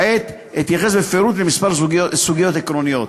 כעת אתייחס בפירוט לכמה סוגיות עקרוניות.